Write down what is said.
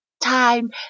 time